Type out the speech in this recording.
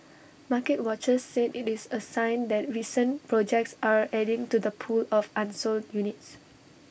market watchers said IT is A sign that recent projects are adding to the pool of unsold units